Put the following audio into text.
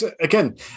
again